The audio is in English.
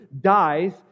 dies